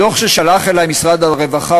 בדוח ששלח אלי משרד הרווחה,